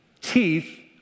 teeth